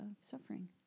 suffering